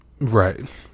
right